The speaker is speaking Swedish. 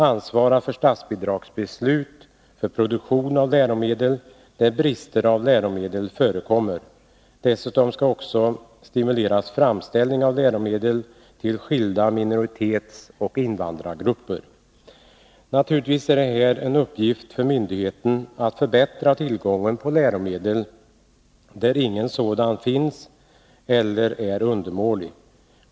Ansvara för statsbidragsbeslut för produktion av läromedel, där brist på läromedel förekommer. Dessutom skall också stimuleras framställning av läromedel till skilda minoritetsoch invandrargrupper. Naturligtvis är det en uppgift för myndigheten att förbättra tillgången på läromedel där inga sådana finns eller där de är undermåliga.